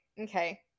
Okay